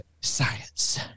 science